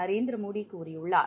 நரேந்திரமோடிகூறியுள்ளார்